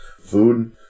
food